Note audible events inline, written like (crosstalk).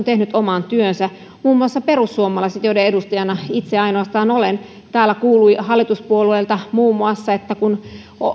(unintelligible) tehnyt oman työnsä muun muassa perussuomalaiset joiden edustajana itse ainoastaan olen täällä kuului hallituspuolueilta muun muassa että kun